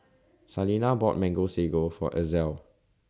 Salina bought Mango Sago For Ezell